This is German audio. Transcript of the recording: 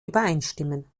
übereinstimmen